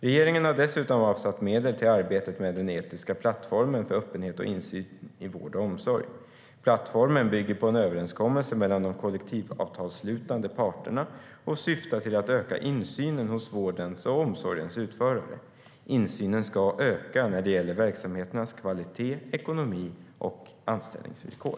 Regeringen har dessutom avsatt medel till arbetet med den etiska plattformen för öppenhet och insyn i vård och omsorg. Plattformen bygger på en överenskommelse mellan de kollektivavtalsslutande parterna och syftar till att öka insynen hos vårdens och omsorgens utförare. Insynen ska öka när det gäller verksamheternas kvalitet, ekonomi och anställningsvillkor.